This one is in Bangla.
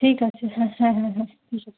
ঠিক আছে হ্যাঁ হ্যাঁ হ্যাঁ হ্যাঁ